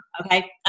Okay